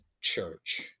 church